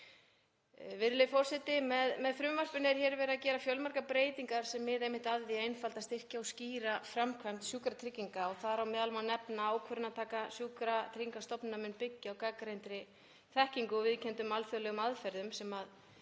Virðulegi forseti. Með frumvarpinu er verið að gera fjölmargar breytingar sem miða einmitt að því að einfalda, styrkja og skýra framkvæmd sjúkratrygginga og þar á meðal má nefna að ákvarðanataka sjúkratryggingastofnunarinnar mun byggja á gagnreyndri þekkingu og viðurkenndum alþjóðlegum aðferðum sem